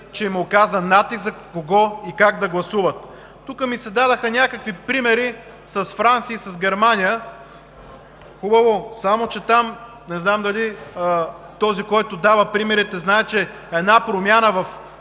че им е оказан натиск за кого и как да гласуват. Тук ми се дадоха някакви примери с Франция и с Германия. Хубаво, само че не знам дали този, който дава примерите, знае, че една промяна в